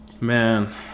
Man